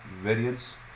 variants